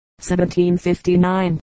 1759